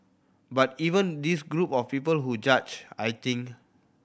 but even this group of people who judge I think